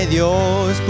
Dios